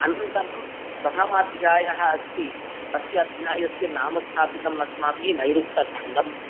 अनन्तरं प्रथमाध्यायः अस्ति अस्य अध्यायस्य नाम स्थापितम् अस्माभिः नैरुक्तकण्डं